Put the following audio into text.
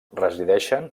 resideixen